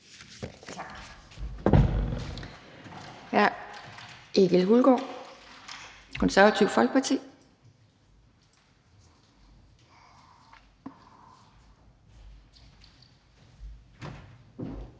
Tak. Hr. Egil Hulgaard, Det Konservative Folkeparti.